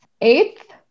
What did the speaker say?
eighth